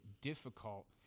difficult